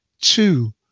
two